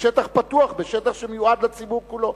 בשטח פתוח, בשטח שמיועד לציבור כולו.